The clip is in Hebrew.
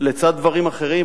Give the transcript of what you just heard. לצד דברים אחרים,